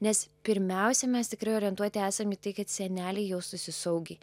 nes pirmiausia mes tikrai orientuoti esam į tai kad seneliai jaustųsi saugiai